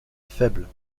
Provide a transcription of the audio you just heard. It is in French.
faible